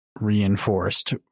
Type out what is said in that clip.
reinforced